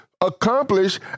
accomplish